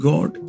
God